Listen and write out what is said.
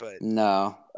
No